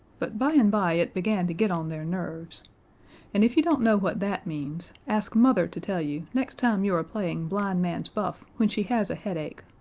but by-and-by it began to get on their nerves and if you don't know what that means, ask mother to tell you next time you are playing blind man's buff when she has a headache.